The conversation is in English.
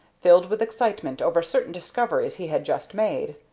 filled with excitement over certain discoveries he had just made.